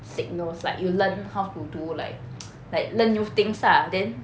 signals like you learn how to do like like learn new things lah then